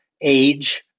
age